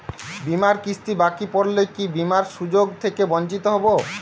বিমার কিস্তি বাকি পড়লে কি বিমার সুযোগ থেকে বঞ্চিত হবো?